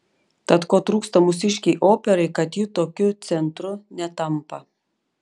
tad ko trūksta mūsiškei operai kad ji tokiu centru netampa